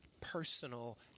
personal